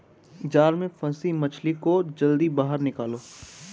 जाल में फसी मछली को जल्दी बाहर निकालो